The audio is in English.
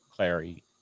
Clary